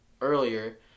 earlier